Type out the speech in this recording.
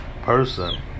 person